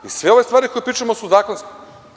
I sve ove stvari koje pričamo su zakonske.